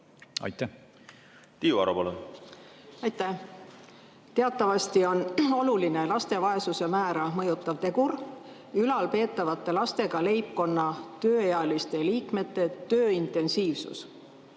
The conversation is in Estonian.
on. Tiiu Aro, palun! Aitäh! Teatavasti on oluline laste vaesuse määra mõjutav tegur ülalpeetavate lastega leibkonna tööealiste liikmete töö intensiivsus.